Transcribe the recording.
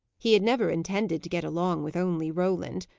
he had never intended to get along with only roland,